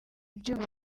byuma